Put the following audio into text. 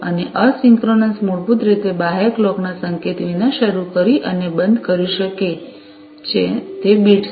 અને અસિંક્રનસ મૂળભૂત રીતે બાહ્ય ક્લોકના સંકેત વિના શરૂ કરી અને બંધ કરી શકે છે તે બિટ્સ છે